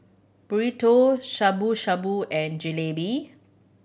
Burrito Shabu Shabu and Jalebi